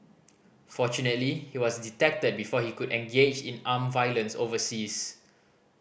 fortunately he was detected before he could engage in armed violence overseas